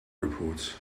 report